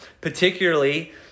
particularly